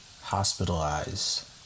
hospitalized